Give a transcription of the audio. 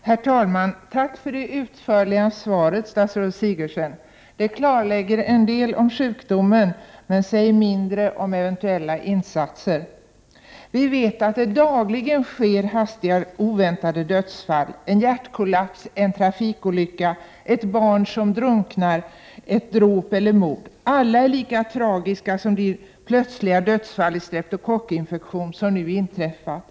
Herr talman! Tack för det utförliga svaret, statsrådet Sigurdsen. Det klarlägger en del om sjukdomen, men säger mindre om eventuella insatser. Vi vet att det dagligen sker hastiga, oväntade dödsfall: en hjärtkollaps, en trafikolycka, ett barn som drunknar, ett dråp eller mord. Alla dessa är lika tragiska som de plötsliga dödsfall i streptokockinfektion som nu inträffat.